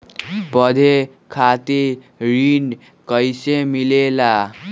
पढे खातीर ऋण कईसे मिले ला?